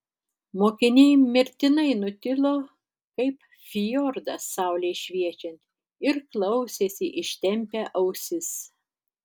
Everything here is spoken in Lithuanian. mokiniai mirtinai nutilo kaip fjordas saulei šviečiant ir klausėsi ištempę ausis